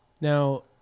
Now